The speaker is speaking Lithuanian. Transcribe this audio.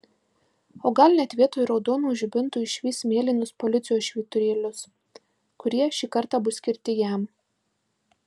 o gal net vietoj raudonų žibintų išvys mėlynus policijos švyturėlius kurie šį kartą bus skirti jam